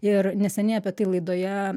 ir neseniai apie tai laidoje